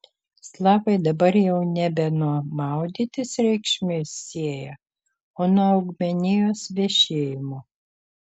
slavai dabar jau nebe nuo maudytis reikšmės sieja o nuo augmenijos vešėjimo